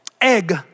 egg